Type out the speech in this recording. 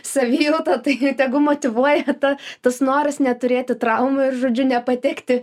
savijauta tai tegu motyvuoja ta tas noras neturėti traumų ir žodžiu nepatekti